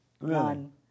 None